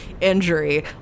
injury